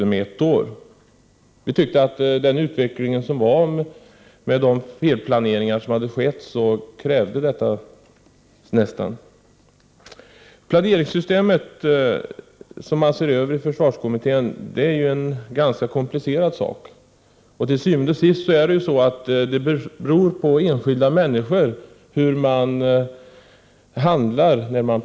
Vi ansåg att detta med tanke på utvecklingen och de felplaneringar som hade skett nästan krävdes. Det planeringssystem som försvarskommittén ser över är ganska komplicerat. Och til syvende og sidst beror det på enskilda människor hur planeringen går till.